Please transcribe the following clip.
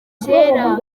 kera